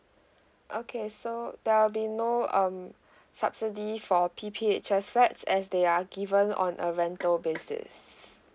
okay so there'll be no um subsidy for P_P_H_S flats as they are given on a rental basis yes